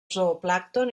zooplàncton